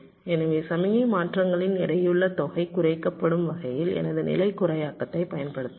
எனவே சமிக்ஞை மாற்றங்களின் எடையுள்ள தொகை குறைக்கப்படும் வகையில் எனது நிலை குறியாக்கத்தை பயன்படுத்தலாம்